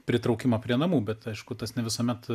pritraukimą prie namų bet aišku tas ne visuomet